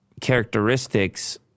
characteristics